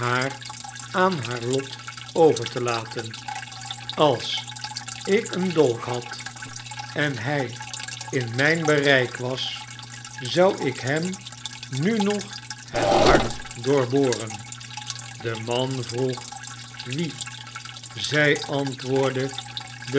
aan haar lot over te laten als ik een dolk had en hij in mijn bereik was zou ik hem nu nog het hart doorboren de man vroeg wien zij antwoordde